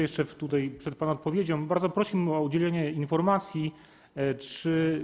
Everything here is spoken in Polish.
Jeszcze przed pana odpowiedzią bardzo prosiłbym o udzielenie informacji, czy.